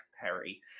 Perry